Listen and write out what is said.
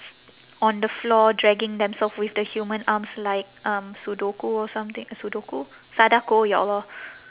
on the floor dragging themselves with the human arms like um sudoku or something sudoku sadako ya allah